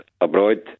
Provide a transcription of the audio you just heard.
abroad